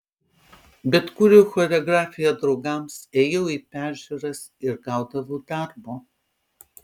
bet kūriau choreografiją draugams ėjau į peržiūras ir gaudavau darbo